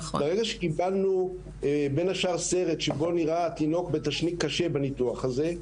ברגע שקבלנו בין השאר סרט בו נראה תינוק בתשניק קשה בניתוח הזה,